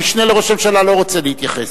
המשנה לראש הממשלה לא רוצה להתייחס,